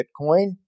Bitcoin